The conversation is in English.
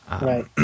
right